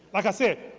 like i said,